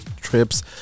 trips